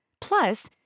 Plus